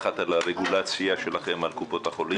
על הרגולציה שלכם על קופות החולים?